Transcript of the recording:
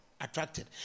Attracted